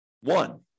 one